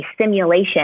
simulation